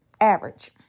average